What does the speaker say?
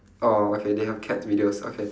oh okay they have cat videos okay